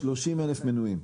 30,000 מנויים.